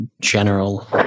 general